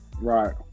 Right